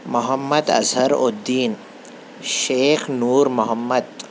Muhammad Azhar uddin Sheikh Noor Muhammad